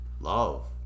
love